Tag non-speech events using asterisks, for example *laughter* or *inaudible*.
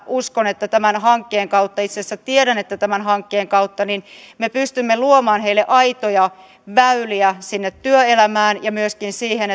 uskon että juuri tämän hankkeen kautta itse asiassa tiedän että tämän hankkeen kautta me pystymme luomaan heille aitoja väyliä sinne työelämään ja myöskin siihen *unintelligible*